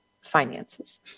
finances